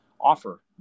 offer